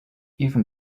even